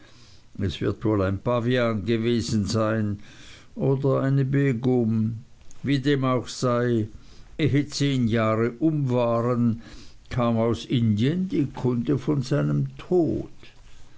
es wird wohl ein pavian gewesen sein oder eine begum wie dem auch sei ehe zehn jahre um waren kam aus indien die kunde von seinem tod